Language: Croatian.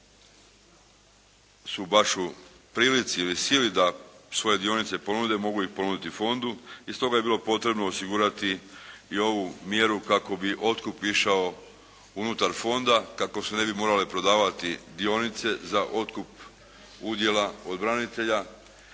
koji su baš u prilici ili sili da svoje dionice ponude mogu ih ponuditi fondu. I stoga je bilo potrebno osigurati i ovu mjeru kako bi otkup išao unutar fonda kako se ne bi morale prodavati dionice za otkup udjela od branitelja.